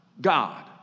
God